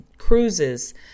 cruises